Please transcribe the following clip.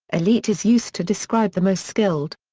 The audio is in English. elite is used to describe the most skilled.